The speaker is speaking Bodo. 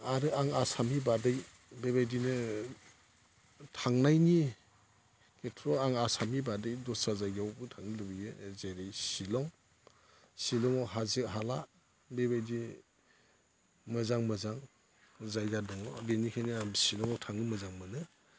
आरो आं आसामनि बादै बेबायदिनो थांनायनि खेथ्र'आव आं आसामनि बादै दस्रा जायगायावबो थांनो लुबैयो जेरै शिलं शिलङाव हाजो हाला बेबायदि मोजां मोजां जायगा दङ बेनिखायनो आं शिलङाव थांनो मोजां मोनो